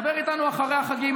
דבר איתנו אחרי החגים,